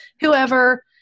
whoever